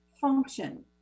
function